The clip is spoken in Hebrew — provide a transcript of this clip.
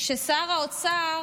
כבוד יו"ר